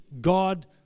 God